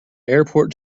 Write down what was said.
airport